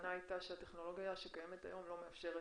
וההבנה הייתה שהטכנולוגיה שקיימת היום לא מאפשרת,